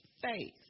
faith